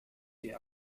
der